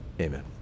Amen